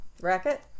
racket